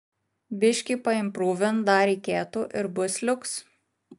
biškį paimprūvint dar reikėtų ir bus liuks